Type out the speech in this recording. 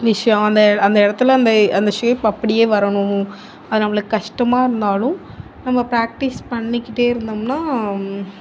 விஷயோம் அந்த அந்த இடத்துல அந்த அந்த ஷேப் அப்படியே வரணும் அது நம்மளுக்கு கஷ்டமா இருந்தாலும் நம்ம ப்ராக்ட்டீஸ் பண்ணிக்கிட்டே இருந்தோம்னா